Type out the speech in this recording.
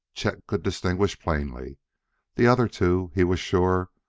chet could distinguish plainly the other two, he was sure,